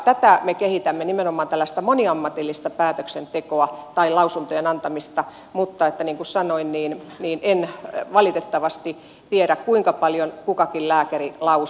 tätä me kehitämme nimenomaan tällaista moniammatillista päätöksentekoa tai lausuntojen antamista mutta niin kuin sanoin en valitettavasti tiedä kuinka paljon kukakin lääkäri lausuu mistäkin